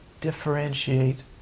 differentiate